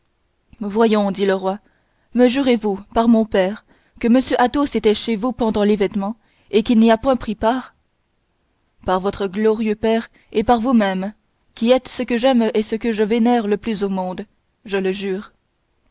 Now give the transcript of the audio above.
voyons dit le roi me jurez vous par mon père que m athos était chez vous pendant l'événement et qu'il n'y a point pris part par votre glorieux père et par vous-même qui êtes ce que j'aime et ce que je vénère le plus au monde je le jure